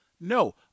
No